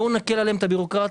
בואו נקל עליהם את הביורוקרטיה.